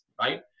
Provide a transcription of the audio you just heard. right